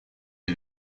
est